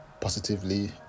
positively